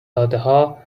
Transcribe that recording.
دادهها